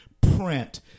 print